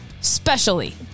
specially